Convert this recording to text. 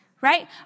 right